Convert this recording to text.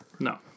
No